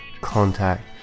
contact